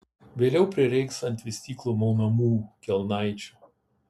vėliau prireiks ant vystyklų maunamų kelnaičių